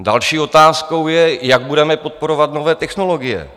Další otázkou je, jak budeme podporovat nové technologie.